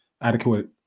adequate